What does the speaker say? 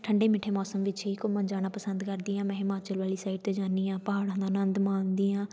ਠੰਡੇ ਮਿੱਠੇ ਮੋਸਮ ਵਿੱਚ ਹੀ ਘੁੰਮਣ ਜਾਣਾ ਪਸੰਦ ਕਰਦੀ ਹਾਂ ਮੈਂ ਹਿਮਾਚਲ ਵਾਲੀ ਸਾਈਡ 'ਤੇ ਜਾਂਦੀ ਹਾਂ ਪਹਾੜਾਂ ਦਾ ਆਨੰਦ ਮਾਣਦੀ ਹਾਂ